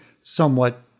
somewhat